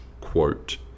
quote